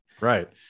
Right